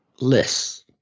lists